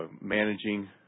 managing